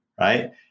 right